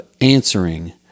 answering